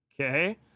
Okay